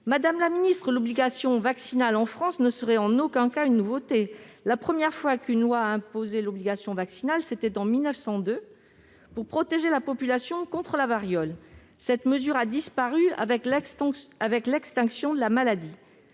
Madame la ministre, l'obligation vaccinale en France ne serait en aucun cas une nouveauté ! La première fois qu'une loi a imposé l'obligation vaccinale, c'était en 1902 pour protéger la population contre la variole. Cette mesure a disparu avec l'extinction de la maladie.